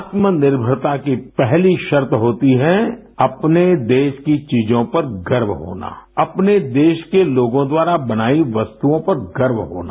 आत्मनिर्भरता की पहली शर्त होती है अपने देश की चीजों पर गर्व होना अपने देश के लोगों द्वारा बनाई वस्तुओं पर गर्व होना